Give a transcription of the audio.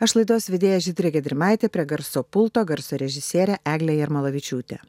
aš laidos vedėja žydrė gedrimaitė prie garso pulto garso režisierė eglė jarmalavičiūtė